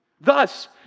Thus